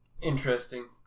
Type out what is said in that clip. Interesting